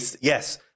yes